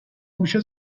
موشه